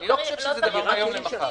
אני לא חושב שזה מהיום למחר.